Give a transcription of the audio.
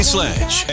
Sledge